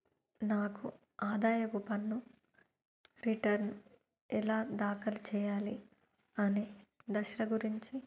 నాకు ఆదాయపు పన్ను రిటర్న్ ఎలా దాఖలు చెయ్యాలి అనే దశల గురించి